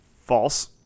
false